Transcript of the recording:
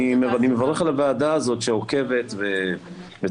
אני מברך על הוועדה הזאת שעוקבת ותומכת,